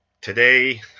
today